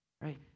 Right